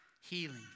healing